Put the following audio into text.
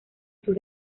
sus